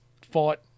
fight